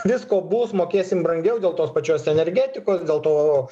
visko bus mokėsim vėl dėl tos pačios energetikos dėl to